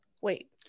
Wait